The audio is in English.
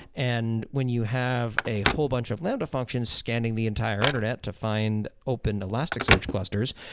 and when you have a whole bunch of lambda functions scanning the entire internet to find open elasticsearch clusters,